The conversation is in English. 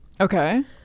Okay